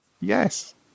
Yes